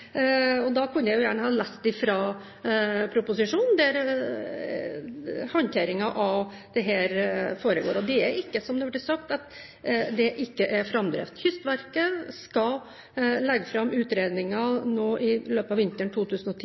Jeg kunne gjerne ha lest fra proposisjonen, der håndteringen av dette er beskrevet. Det er ikke slik som det er sagt, at det ikke er framdrift. Kystverket skal legge fram utredningen nå i løpet av vinteren